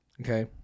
okay